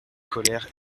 colère